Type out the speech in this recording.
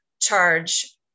charge